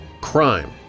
crime